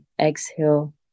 exhale